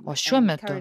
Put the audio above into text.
o šiuo metu